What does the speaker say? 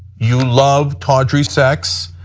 you love tawdry sex.